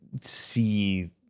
see